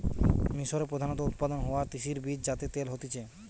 মিশরে প্রধানত উৎপাদন হওয়া তিসির বীজ যাতে তেল হতিছে